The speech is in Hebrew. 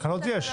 תקלות יש.